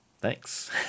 Thanks